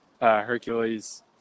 Hercules